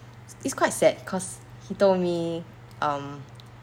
it's quite sad cause he told me um